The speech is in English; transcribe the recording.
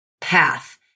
path